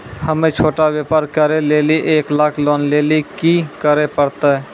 हम्मय छोटा व्यापार करे लेली एक लाख लोन लेली की करे परतै?